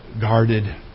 guarded